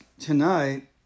Tonight